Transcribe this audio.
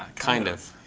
kind of.